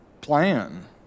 plan